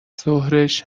ظهرش